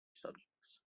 subjects